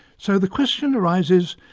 so the question arises,